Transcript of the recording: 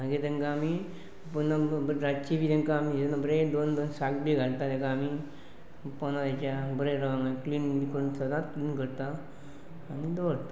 मागीर तेंकां आमी पुन्नां रातचीं बी तेंकां आमी बरें दोन दोन साक बी घालता तेका आमी पोंदां तेच्या बरें रावोंक जाये क्लीन बी करून सदांच क्लीन करता आनी दवरता